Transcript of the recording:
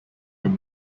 were